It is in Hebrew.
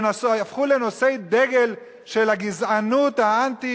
שהפכו לנושאי דגל של גזענות האנטי,